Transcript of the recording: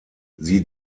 sie